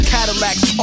Cadillacs